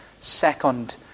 second